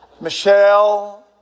Michelle